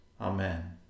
Amen